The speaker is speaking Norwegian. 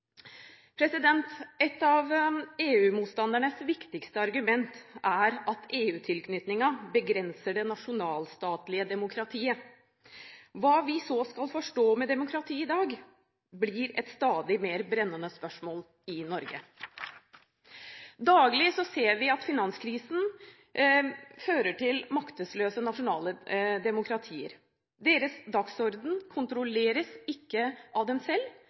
Et av EU-motstandernes viktigste argumenter er at EU-tilknytningen begrenser det nasjonalstatlige demokratiet. Hva vi så skal forstå med demokrati i dag, blir et stadig mer brennende spørsmål i Norge. Daglig ser vi at finanskrisen fører til maktesløse, nasjonale demokratier. Deres dagsorden kontrolleres ikke av dem selv,